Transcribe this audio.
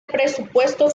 presupuesto